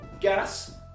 Gas